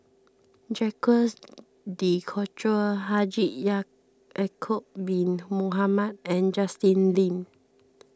Jacques De Coutre Haji Ya'Acob Bin Mohamed and Justin Lean